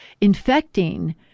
infecting